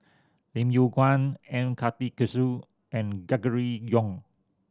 Lim Yew Kuan M Karthigesu and Gregory Yong